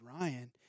Ryan